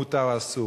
מותר או אסור,